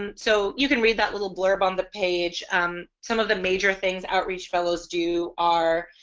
and so you can read that little blurb on the page um some of the major things outreach fellows do are